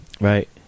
Right